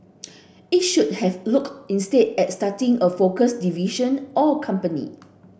it should have looked instead at starting a focused division or company